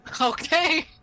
Okay